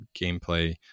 gameplay